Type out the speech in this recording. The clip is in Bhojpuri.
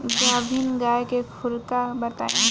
गाभिन गाय के खुराक बताई?